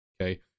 Okay